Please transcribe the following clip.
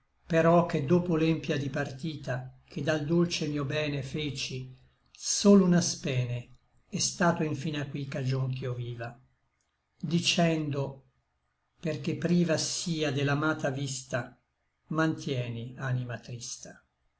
però che dopo l'empia dipartita che dal dolce mio bene feci sol una spene è stato infin a qui cagion ch'io viva dicendo perché priva sia de l'amata vista mantienti anima trista